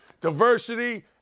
Diversity